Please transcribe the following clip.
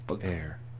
Air